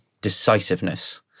decisiveness